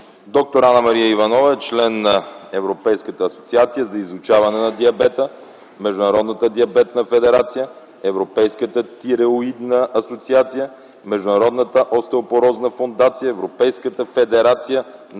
Доктор Анна-Мария Иванова е член на Европейската асоциация за изучаване на диабета; Международната диабетна федерация; Европейската тиреоидна асоциация; Международната остеопорозна фондация; Европейската федерация на